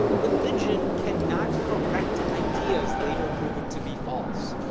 religion cannot correct ideas later proven to be false.